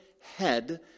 head